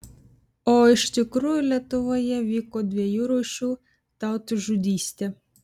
o iš tikrųjų lietuvoje vyko dviejų rūšių tautžudystė